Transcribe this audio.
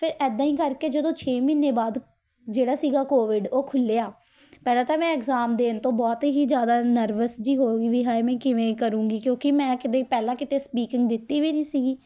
ਫਿਰ ਇੱਦਾਂ ਹੀ ਕਰਕੇ ਜਦੋਂ ਛੇ ਮਹੀਨੇ ਬਾਅਦ ਜਿਹੜਾ ਸੀਗਾ ਕੋਵਿਡ ਉਹ ਖੁੱਲ੍ਹਿਆ ਪਹਿਲਾਂ ਤਾਂ ਮੈਂ ਐਗਜ਼ਾਮ ਦੇਣ ਤੋਂ ਬਹੁਤ ਹੀ ਜ਼ਿਆਦਾ ਨਰਵਸ ਜੀ ਹੋ ਗਈ ਵੀ ਹਾਏ ਮੈਂ ਕਿਵੇਂ ਕਰੂੰਗੀ ਕਿਉਂਕਿ ਮੈਂ ਕਦੇ ਪਹਿਲਾਂ ਕਿਤੇ ਸਪੀਕਿੰਗ ਦਿੱਤੀ ਵੀ ਨਹੀਂ ਸੀਗੀ